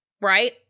right